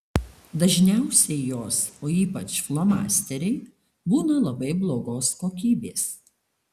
dažniausiai jos o ypač flomasteriai būna labai blogos kokybės